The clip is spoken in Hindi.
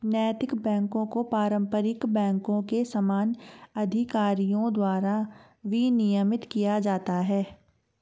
नैतिक बैकों को पारंपरिक बैंकों के समान अधिकारियों द्वारा विनियमित किया जाता है